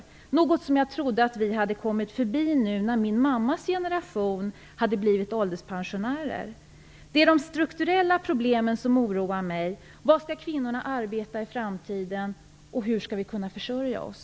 Detta är något som jag trodde att vi hade kommit förbi nu, när min mammas generation har blivit ålderspensionärer. Det är de strukturella problemen som oroar mig. Var skall kvinnorna arbeta i framtiden, och hur skall vi kunna försörja oss?